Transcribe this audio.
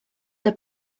der